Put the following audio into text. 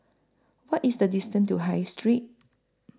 What IS The distance to High Street